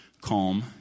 calm